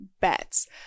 bets